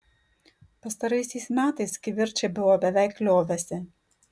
pastaraisiais metais kivirčai buvo beveik liovęsi